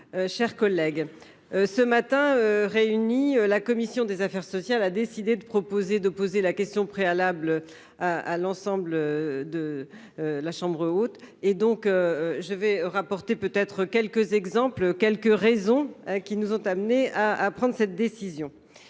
chers collègues, ce matin, réuni la commission des affaires sociales a décidé de proposer d'opposer la question préalable à à l'ensemble de la chambre haute, et donc je vais rapporter peut être quelques exemples, quelques raisons. Qui nous ont amenés à à prendre cette décision,